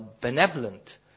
benevolent